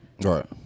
Right